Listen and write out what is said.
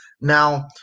Now